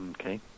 Okay